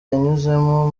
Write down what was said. yanyuzemo